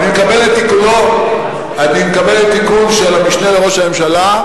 אני מקבל את התיקון של המשנה לראש הממשלה,